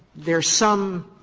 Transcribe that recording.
there's some